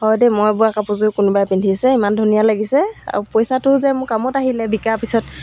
হয় দেই মই বোৱা কাপোৰযোৰ কোনোবাই পিন্ধিছে ইমান ধুনীয়া লাগিছে আৰু পইচাটো যে মোৰ কামত আহিলে বিকা পিছত